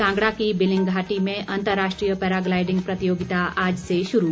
कांगड़ा की बिलिंग घाटी में अंतर्राष्ट्रीय पैराग्लाइडिंग प्रतियोगिता आज से शुरू